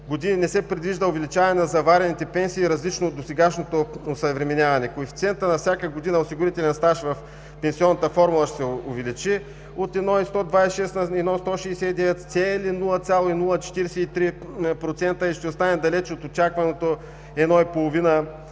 не се предвижда увеличаване на заварените пенсии, различно от досегашното осъвременяване. Коефициентът на всяка година осигурителен стаж в пенсионната формула ще се увеличи от 1,126 на 1,169 с цели 0,043% и ще остане далеч от очакваното 1,5,